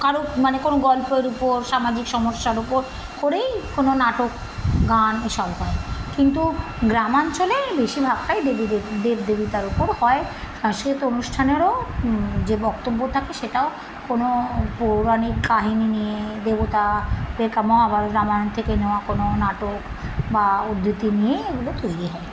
কারোর মানে কোনো গল্পের উপর সামাজিক সমস্যার ওপর করেই কোনো নাটক গান এসব হয় কিন্তু গ্রামাঞ্চলে বেশিরভাগটাই দেবী দেবী দেব দেবতার ওপর হয় সাংস্কৃতিক অনুষ্ঠানেরও যে বক্তব্য থাকে সেটাও কোনো পৌরাণিক কাহিনি নিয়ে দেবতা মহাভারত রামায়ণ থেকে নেওয়া কোনো নাটক বা উদ্ধৃতি নিয়েই এগুলো তৈরি হয়